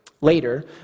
Later